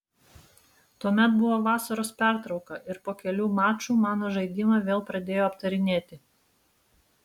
tuomet buvo vasaros pertrauka ir po kelių mačų mano žaidimą vėl pradėjo aptarinėti